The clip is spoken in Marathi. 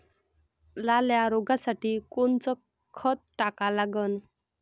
लाल्या रोगासाठी कोनचं खत टाका लागन?